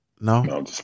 No